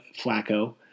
Flacco